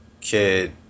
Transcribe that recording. kid